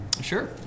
Sure